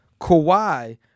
Kawhi